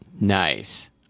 Nice